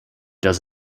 does